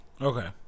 Okay